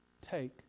take